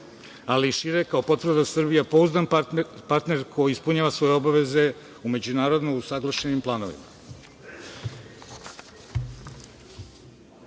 ali i šire, kao potvrda da je Srbija pouzdan partner koji ispunjava svoje obaveze u međunarodno usaglašenim planovima.